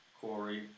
Corey